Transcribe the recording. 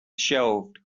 shelved